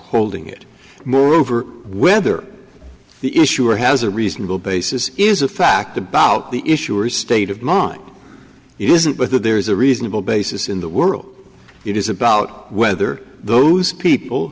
holding it moreover whether the issuer has a reasonable basis is a fact about the issue or state of mind it isn't but that there is a reasonable basis in the world it is about whether those people